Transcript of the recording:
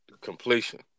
completion